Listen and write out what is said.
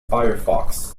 firefox